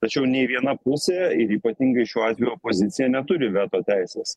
tačiau nei viena pusė ir ypatingai šiuo atveju opozicija neturi veto teisės